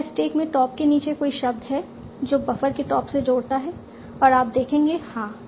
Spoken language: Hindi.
क्या स्टैक में टॉप के नीचे कोई शब्द है जो बफर के टॉप से जोड़ता है और आप देखेंगे हाँ